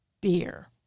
beer